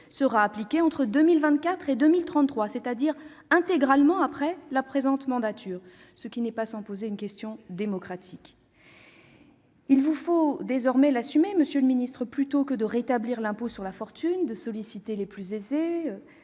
sera appliqué entre 2024 et 2033, c'est-à-dire intégralement après la présente mandature, ce qui n'est pas sans poser une question démocratique ! Il vous faut désormais l'assumer, monsieur le secrétaire d'État : plutôt que de rétablir l'impôt sur la fortune, de solliciter les plus aisés,